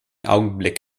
augenblick